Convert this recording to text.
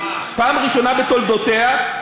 פעם ראשונה בתולדותיה.